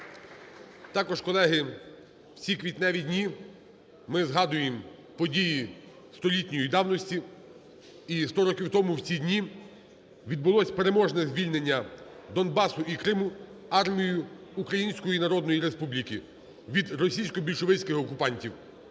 Також, колеги, всі квітневі дні ми згадуємо події столітньої давності. І 100 років у ці дні відбулось переможне звільнення Донбасу і Криму армією Української Народної Республіки від російсько-більшовицьких окупантів.